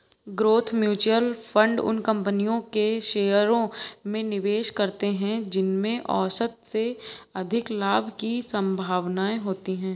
growth mutual fund उन कंपनियों के शेयरों में निवेश करते हैं जिनमें औसत से अधिक लाभ की संभावना होती है